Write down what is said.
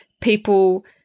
People